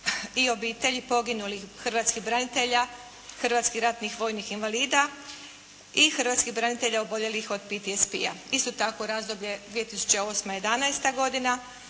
i obitelji poginulih hrvatskih branitelja, hrvatskih ratnih vojnih invalida i hrvatskih branitelja oboljelih od PTSP-a, isto tako razdoblje 2008.-2011. godina